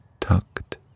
tucked